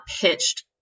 pitched